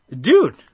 Dude